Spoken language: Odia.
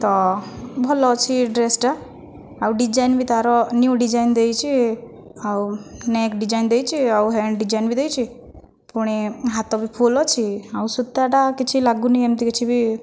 ତ ଭଲ ଅଛି ଡ୍ରେସ୍ଟା ଆଉ ଡିଜାଇନ୍ ବି ତା'ର ନିୟୁ ଡିଜାଇନ୍ ଦେଇଛି ଆଉ ନେକ୍ ଡିଜାଇନ୍ ଦେଇଛି ଆଉ ହ୍ୟାଣ୍ଡ୍ ଡିଜାଇନ୍ ବି ଦେଇଛି ପୁଣି ହାତ ବି ଫୁଲ୍ ଅଛି ଆଉ ସୂତାଟା କିଛି ଲାଗୁନାହିଁ ଏମିତି କିଛି ବି